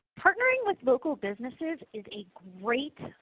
partnering with local businesses is a great,